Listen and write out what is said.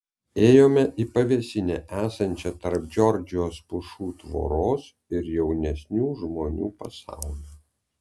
ėjome į pavėsinę esančią tarp džordžijos pušų tvoros ir jaunesnių žmonių pasaulio